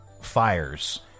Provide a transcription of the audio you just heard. fires